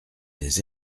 des